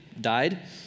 died